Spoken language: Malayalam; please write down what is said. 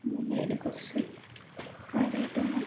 അതുകൊണ്ട് അതിനെക്കുറിച്ച് കാര്യമായിട്ടൊന്നും